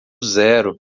zero